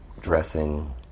dressing